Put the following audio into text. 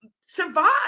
survive